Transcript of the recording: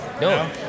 No